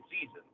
season